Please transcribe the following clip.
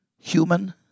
human